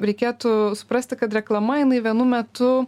reikėtų suprasti kad reklama jinai vienu metu